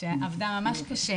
שעבדה ממש קשה